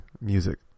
Music